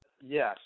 Yes